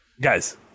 guys